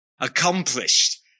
accomplished